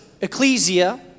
Ecclesia